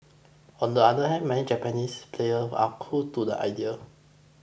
on the other hand many Japanese player are cool to the idea